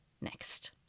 next